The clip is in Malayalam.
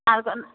അത്